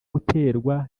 guterwa